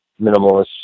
minimalist